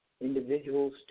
individuals